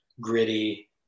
gritty